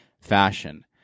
fashion